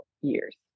years